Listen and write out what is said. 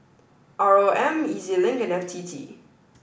R O M E Z Link and F T T